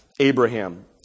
Abraham